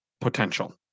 potential